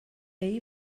ahir